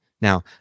Now